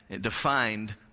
defined